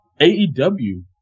AEW